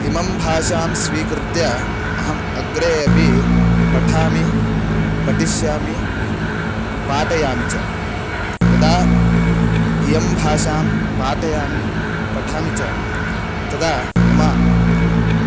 इमां भाषां स्वीकृत्य अहम् अग्रे अपि पठामि पठिष्यामि पाठयामि च यदा इयं भाषां पाठयामि पठामि च तदा मम